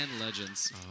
Legends